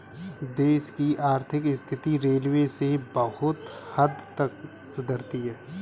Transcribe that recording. देश की आर्थिक स्थिति रेलवे से बहुत हद तक सुधरती है